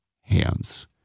hands